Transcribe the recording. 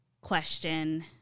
question